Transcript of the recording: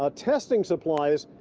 ah testing supplies.